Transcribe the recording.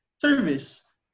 service